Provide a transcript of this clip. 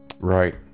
Right